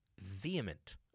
vehement